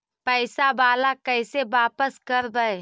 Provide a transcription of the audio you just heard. पैसा बाला कैसे बापस करबय?